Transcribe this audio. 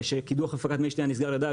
שקידוח הפקת מי שתייה נסגר לידה,